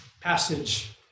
passage